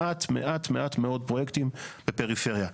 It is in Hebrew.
מעט מאוד פרויקטים בפריפריה.